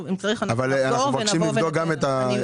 אנחנו מבקשים לבדוק גם את התחליפי.